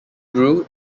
grew